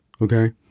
okay